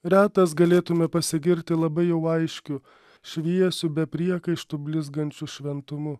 retas galėtume pasigirti labai jau aiškiu šviesiu be priekaištų blizgančiu šventumu